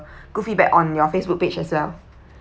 good feedback on your facebook page as well